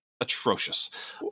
atrocious